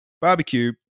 barbecue